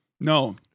no